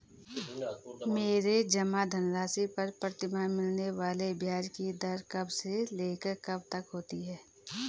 मेरे जमा धन राशि पर प्रतिमाह मिलने वाले ब्याज की दर कब से लेकर कब तक होती है?